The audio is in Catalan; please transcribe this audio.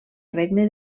regne